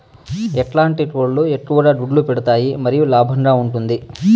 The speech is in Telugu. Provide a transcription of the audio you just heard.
ఎట్లాంటి కోళ్ళు ఎక్కువగా గుడ్లు పెడతాయి మరియు లాభంగా ఉంటుంది?